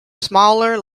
smaller